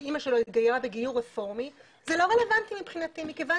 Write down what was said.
אמא שלו התגיירה בגיור רפורמי זה לא רלוונטי מבחינתי מכיוון